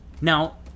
now